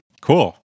Cool